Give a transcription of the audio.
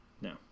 No